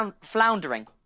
Floundering